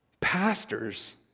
Pastors